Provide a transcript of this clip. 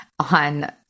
on